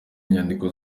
inyandiko